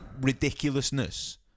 ridiculousness